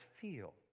feel